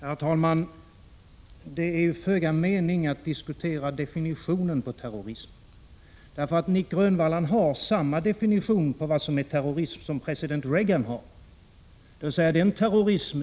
Herr talman! Det är föga mening i att diskutera definitionen på terrorism. Nic Grönvall har samma definition på terrorism som president Reagan har.